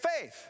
faith